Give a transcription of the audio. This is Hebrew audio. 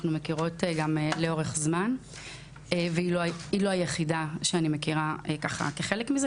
אנחנו מכירות גם לאורך זמן והיא לא היחידה שאני מכירה כחלק מזה,